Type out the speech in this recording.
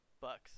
Bucks